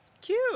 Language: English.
Cute